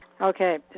Okay